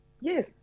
Yes